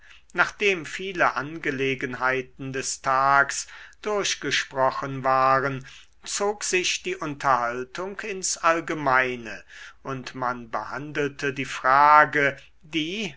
nachdem viele angelegenheiten des tags durchgesprochen waren zog sich die unterhaltung ins allgemeine und man behandelte die frage die